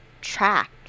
track